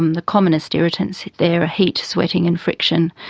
um the commonest irritants there are heat, sweating and friction,